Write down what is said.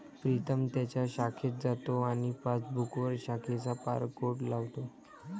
प्रीतम त्याच्या शाखेत जातो आणि पासबुकवर शाखेचा बारकोड लावतो